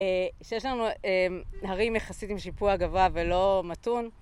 שיש לנו הרים יחסית עם שיפוע גבוה ולא מתון